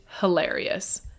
hilarious